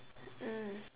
mm